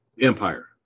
Empire